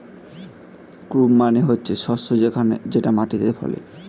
crop মানে হচ্ছে শস্য যেটা মাটিতে ফলে